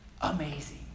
amazing